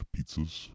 pizzas